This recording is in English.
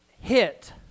hit